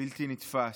בלתי נתפס.